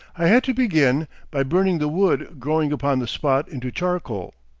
i had to begin by burning the wood growing upon the spot into charcoal,